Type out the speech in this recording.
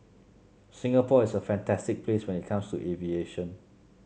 Singapore is a fantastic place when it comes to aviation